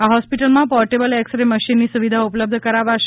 આ હોસ્પિટલમાં portable X ray મશીનની સુવિધાઓ ઉપલબ્ધ કરાવાશે